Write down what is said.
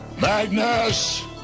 Magnus